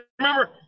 remember